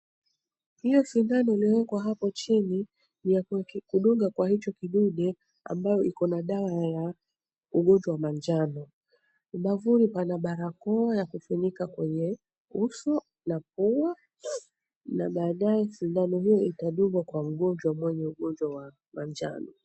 Hiyo sindano iliyowekwa hapo chini, ni ya kudunga kwa hicho kidude ambayo iko na dawa ya ugonjwa wa manjano. Ubavuni pana barakoa ya kufunika kwenye uso na pua na baadaye sindano hiyo itadungwa kwa mgonjwa mwenye ugonjwa wa manjano.